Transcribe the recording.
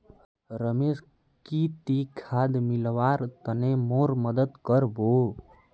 रमेश की ती खाद मिलव्वार तने मोर मदद कर बो